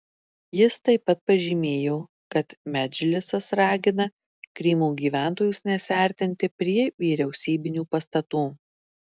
jis taip pat pažymėjo kad medžlisas ragina krymo gyventojus nesiartinti prie vyriausybinių pastatų